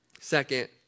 second